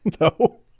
no